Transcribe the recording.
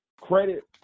credit